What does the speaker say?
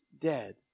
dead